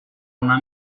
una